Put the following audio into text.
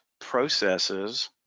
processes